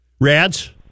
Rads